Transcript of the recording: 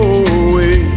away